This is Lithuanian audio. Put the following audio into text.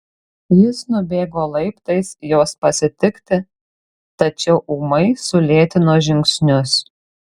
jis nubėgo laiptais jos pasitikti tačiau ūmai sulėtino žingsnius